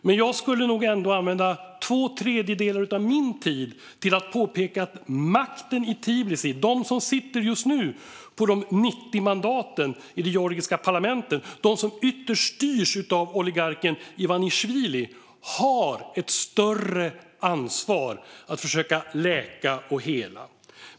Men jag skulle nog ändå använda två tredjedelar av min talartid till att påpeka att makten i Tbilisi - de som sitter just nu på de 90 mandaten i det georgiska parlamentet och som ytterst styrs av oligarken Ivanisjvili - har ett större ansvar för att försöka läka och hela.